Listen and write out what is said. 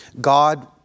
God